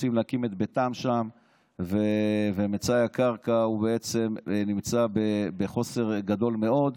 רוצים להקים את ביתם שם ומצאי הקרקע בחוסר גדול מאוד.